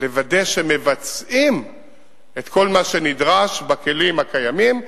לוודא שמבצעים את כל מה שנדרש בכלים הקיימים,